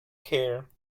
care